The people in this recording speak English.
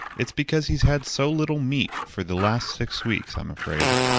it's because he's had so little meat for the last six weeks, i'm afraid.